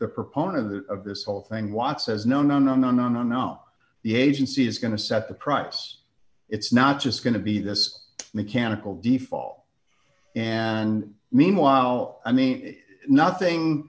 the proponent of this whole thing want says no no no no no no no the agency is going to set the price it's not just going to be this mechanical default and meanwhile i mean nothing